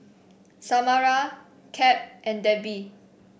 Samara Cap and Debbie